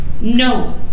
No